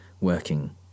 working